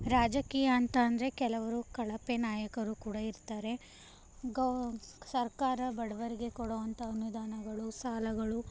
ರಾಜಕೀಯ ಅಂತ ಅಂದರೆ ಕೆಲವರು ಕಳಪೆ ನಾಯಕರು ಕೂಡ ಇರ್ತಾರೆ ಗವ್ ಸರ್ಕಾರ ಬಡವರಿಗೆ ಕೊಡುವಂಥ ಅನುದಾನಗಳು ಸಾಲಗಳು